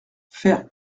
faire